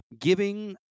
giving